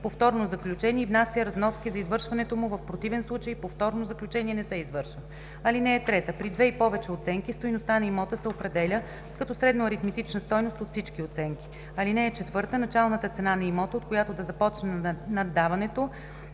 повторно заключение и внася разноски за извършването му, в противен случай повторно заключение не се извършва. (3) При две и повече оценки стойността на имота се определя като средно аритметична стойност от всички оценки. (4) Началната цена на имота, от която да започне наддаването,